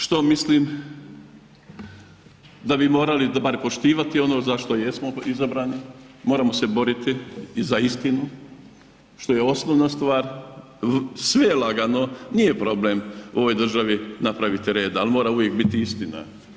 Što mislim da bi morali bar poštivati ono za što jesmo izabrani, moramo se boriti i za istinu, što je osnovna stvar, sve je lagano, nije problem u ovoj državi napraviti reda ali mora uvijek biti istina.